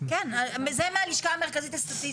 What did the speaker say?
זה מהלשכה המרכזית לסטטיסטיקה.